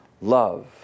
love